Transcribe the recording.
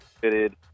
fitted